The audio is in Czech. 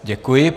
Děkuji.